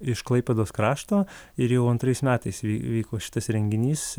iš klaipėdos krašto ir jau antrais metais įvyko šitas renginys